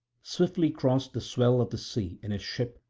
swiftly crossed the swell of the sea in his ship,